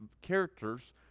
characters